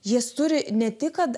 jis turi ne tik kad